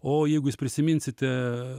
o jeigu jūs prisiminsite